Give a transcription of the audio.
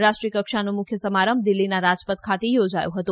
રાષ્ટ્રીય કક્ષાનો મુખ્ય સમારંભ દિલ્હીના રાજપથ ખાતે યોજાયો હતો